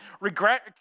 regret